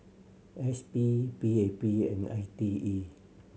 S P P A P and I T E